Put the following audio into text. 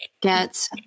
get